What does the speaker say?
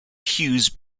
hughes